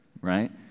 right